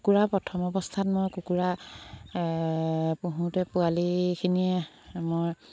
কুকুৰা প্ৰথম অৱস্থাত মই কুকুৰা পুহোঁতে পোৱালিখিনিয়ে মই